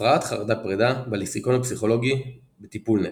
הפרעת חרדת פרידה, בלקסיקון הפסיכולוגי "בטיפולנט"